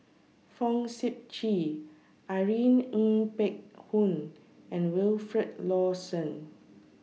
Fong Sip Chee Irene Ng Phek Hoong and Wilfed Lawson